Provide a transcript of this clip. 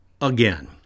again